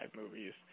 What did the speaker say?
movies